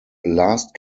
last